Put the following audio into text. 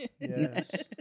Yes